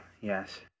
yes